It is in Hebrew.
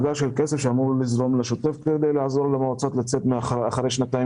זה כסף שאמור לזרום לשוטף כדי לעזור למועצות לצאת אחרי שנתיים